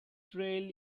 trail